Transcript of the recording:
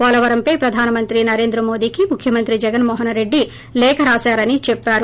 పోలవరంపై ప్రధానమంత్రి నరేంద్ర మోదీకి ముఖ్యమంత్రి జగన్మోహన్రెడ్డి లేఖ రాశారని చెప్పారు